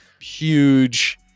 huge